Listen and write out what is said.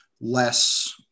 less